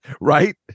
Right